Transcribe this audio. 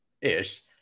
Ish